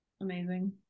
Amazing